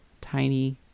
Tiny